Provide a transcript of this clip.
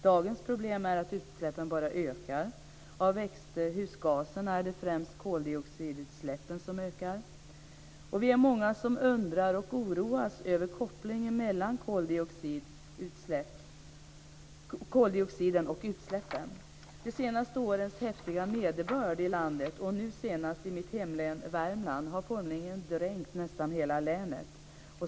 Dagens problem är att utsläppen bara ökar. Av växthusgaserna är det främst koldioxidutsläppen som ökar. Vi är många som undrar över och oroas av kopplingen mellan koldioxiden och utsläppen och de senaste årens häftiga nederbörd i landet, nu senast i mitt hemlän Värmland, som formligen har dränkt nästan hela länet.